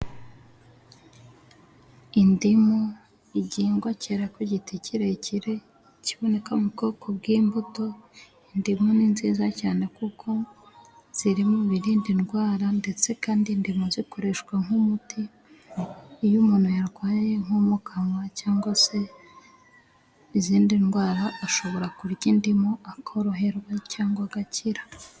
Indimu igihingwa kera ku giti kirekire kiboneka mu bwoko bw'imbuto. Indimu ni nziza cyane kuko ziri mu birinda indwara ndetse kandi indimu zikoreshwa nk'umuti, iyo umuntu yarwaye nko mu kanwa cyangwa se izindi ndwara ashobora kurya indimu akoroherwa cyangwa agakira.